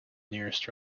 nearest